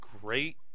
great